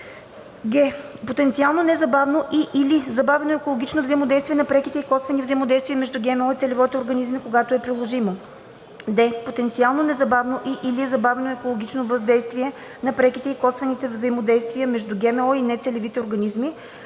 г) потенциално незабавно и/или забавено екологично въздействие на преките и косвените взаимодействия между ГМО и целевите организми (когато е приложимо); д) потенциално незабавно и/или забавено екологично въздействие на преките и косвените взаимодействия между ГМО и нецелевите организми,